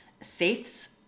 safes